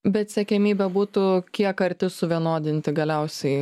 bet siekiamybė būtų kiek arti suvienodinti galiausiai